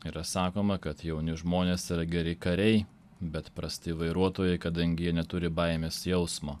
yra sakoma kad jauni žmonės yra geri kariai bet prasti vairuotojai kadangi jie neturi baimės jausmo